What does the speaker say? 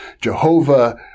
Jehovah